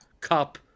Cup